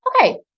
Okay